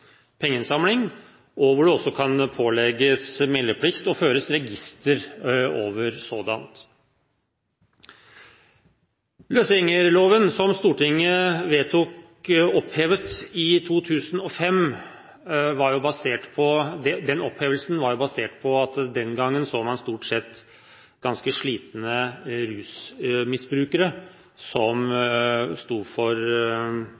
pengeinnsamling, og hvor det også kan pålegges meldeplikt og føres register over sådant. Stortinget vedtok løsgjengerloven opphevet i 2005, basert på at man den gangen så stort sett ganske slitne rusmisbrukere stå for